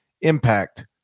impact